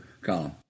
column